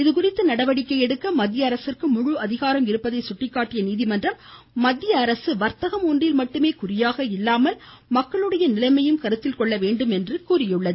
இதுதொடர்பான நடவடிக்கை எடுக்க மத்திய அரசிற்கு முழு அதிகாரம் இருப்பதை சுட்டிக்காட்டிய நீதிமன்றம் மத்திய அரசு வர்த்தகம் ஒன்றில் மட்டுமே குறியாக இல்லாமல் மக்களுடைய நிலைமையயும் கருத்தில் கொள்ள வேண்டும் என்று கூறியுள்ளது